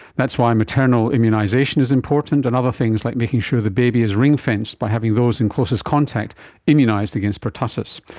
that's why maternal immunisation is important and other things like making sure the baby is ring-fenced by having those in closest contact immunised against pertussis.